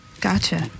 Gotcha